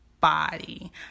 body